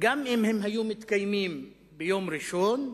גם אם הם היו מתקיימים ביום ראשון,